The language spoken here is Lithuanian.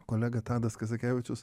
kolega tadas kazakevičius